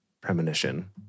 premonition